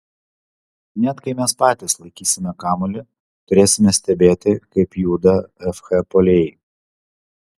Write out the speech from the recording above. net kai mes patys laikysime kamuolį turėsime stebėti kaip juda fh puolėjai